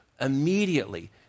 immediately